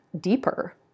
deeper